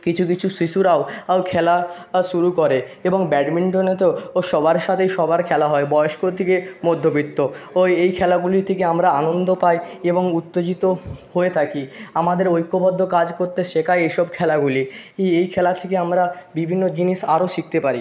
কিছু কিছু শিশুরাও খেলা শুরু করে এবং ব্যাডমিন্টনেতেও ও সবার সাথেই সবার খেলা হয় বয়স্ক থিকে মধ্যবিত্ত ও এই খেলাগুলি থিকে আমরা আনন্দ পাই এবং উত্তেজিত হয়ে থাকি আমাদের ঐক্যবদ্ধ কাজ করতে শেখায় এই সব খেলাগুলি এই খেলা থেকে আমরা বিভিন্ন জিনিস আরো শিখতে পারি